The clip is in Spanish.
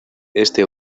este